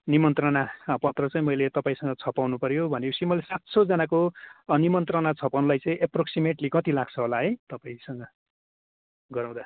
निमन्त्रणा पत्र चाहिँ मैले तपाईँसँग छपाउनु पऱ्यो भनेपछि मैले सात सयजनाको निमन्त्रणा छपाउनुलाई चाहिँ एप्रोक्सिमेट्ली कति लाग्छ होला है तपाईँसँग गराउँदा